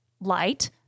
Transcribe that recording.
light